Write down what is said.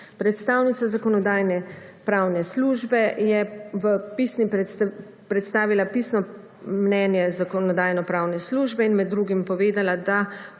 Predstavnica Zakonodajno-pravne službe je predstavila pisno mnenje Zakonodajno-pravne službe in med drugim povedala, da